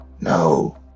No